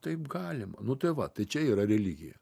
taip galima nu tai va tai čia yra religija